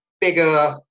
bigger